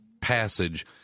passage